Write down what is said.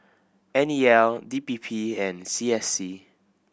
N E L D P P and C S C